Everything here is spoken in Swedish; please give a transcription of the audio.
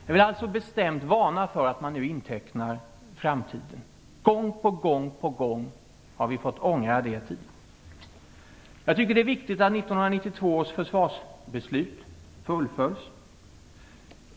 Jag vill alltså bestämt varna för att man nu intecknar framtiden. Vi har tidigare fått ångra det gång på gång. Jag tycker att det är viktigt att 1992 års försvarsbeslut fullföljs.